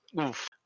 Oof